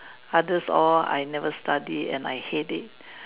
others all I never study and I hate it